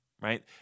right